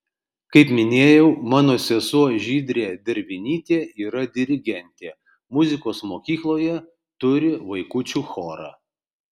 kaip minėjau mano sesuo žydrė dervinytė yra dirigentė muzikos mokykloje turi vaikučių chorą